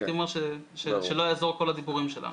הייתי אומר שלא יעזרו כל הדיבורים שלנו.